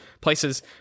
places